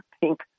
pink